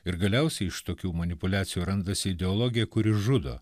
ir galiausiai iš tokių manipuliacijų randasi ideologija kuri žudo